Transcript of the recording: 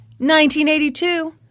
1982